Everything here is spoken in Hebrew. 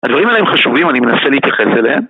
הדברים האלה הם חשובים, אני מנסה להתייחס אליה